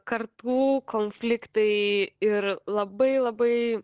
kartų konfliktai ir labai labai